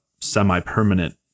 semi-permanent